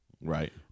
Right